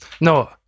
no